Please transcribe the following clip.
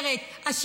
דוברת צה"ל במקרה?